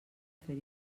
fer